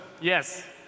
Yes